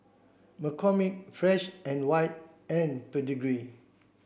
McCormick Fresh and White and Pedigree